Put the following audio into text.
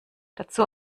dazu